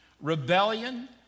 rebellion